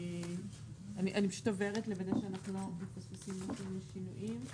אני פשוט עוברת לוודא שאנחנו לא מפספסים את השינויים.